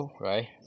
right